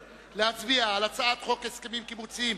להצביע על הצעת חוק הסכמים קיבוציים